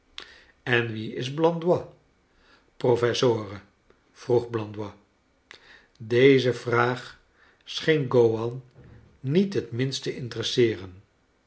en wie is blandois professore vroeg blandois deze vraag scheen gowan niet het minst te interesseeren